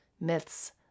Myths